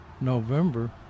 November